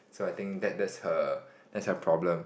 so I think that that's her that's her problem